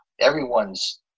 everyone's